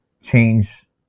change